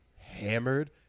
hammered